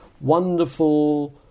wonderful